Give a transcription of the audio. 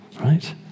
right